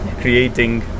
creating